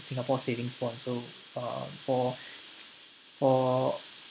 singapore savings bond so uh for for